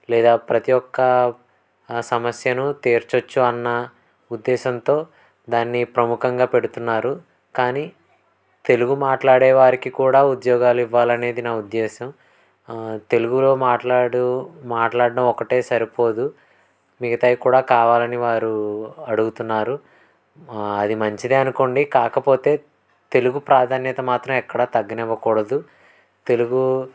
లేదా ప్రతి ఒక్క సమస్యను తీర్చచ్చు అన్న ఉద్దేశంతో దాన్ని ప్రముఖంగా పెడుతున్నారు కానీ తెలుగు మాట్లాడే వారికి కూడా ఉద్యోగాలు ఇవ్వాలి అనేది నా ఉద్దేశం తెలుగులో మాట్లాడు మాట్లాడడం ఒకటే సరిపోదు మిగతావి కూడా కావాలని వారు అడుగుతున్నారు అది మంచిదే అనుకోండి కాకపోతే తెలుగు ప్రాధాన్యత మాత్రం ఎక్కడా తగ్గనివ్వకూడదు తెలుగు